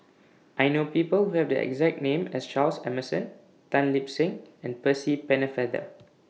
I know People Who Have The exact name as Charles Emmerson Tan Lip Seng and Percy Pennefather